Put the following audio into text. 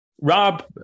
Rob